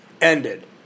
ended